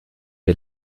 wir